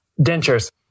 dentures